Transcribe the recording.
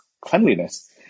cleanliness